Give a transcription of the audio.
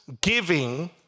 giving